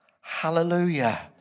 Hallelujah